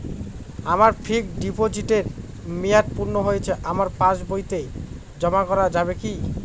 আমার ফিক্সট ডিপোজিটের মেয়াদ পূর্ণ হয়েছে আমার পাস বইতে জমা করা যাবে কি?